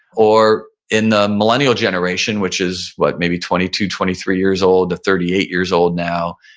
or in the millennial generation, which is, what? maybe twenty two, twenty three years old to thirty eight years old now,